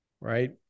right